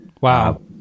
Wow